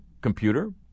computer